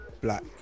black